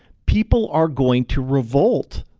people are going to revolt.